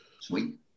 sweet